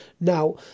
Now